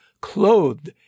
clothed